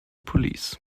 police